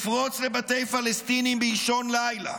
לפרוץ לבתי פלסטינים באישון לילה